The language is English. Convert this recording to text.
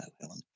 Helen